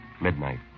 Midnight